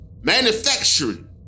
Manufacturing